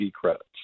credits